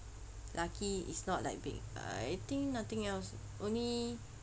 lucky it's not like big I think nothing else only